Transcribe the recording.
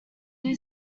new